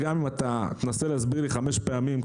גם אם תנסה להסביר לי חמש פעמים,